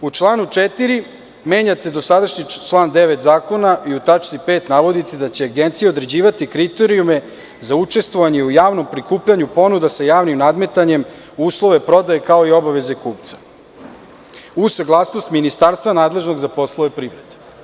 U članu 4. menjate dosadašnji član 9. zakona i u tački 5. navodite da će Agencija određivati kriterijume za učestvovanje u javnom prikupljanju ponuda sa javnim nadmetanjem, uslove prodaje, kao i obaveze kupca uz saglasnost ministarstva nadležnog za poslove privrede.